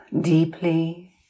deeply